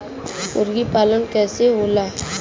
मुर्गी पालन कैसे होला?